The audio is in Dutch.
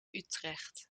utrecht